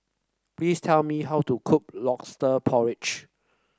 please tell me how to cook lobster porridge